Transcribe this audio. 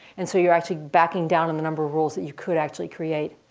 and so you're actually backing down and the number of rules that you could actually create.